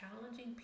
challenging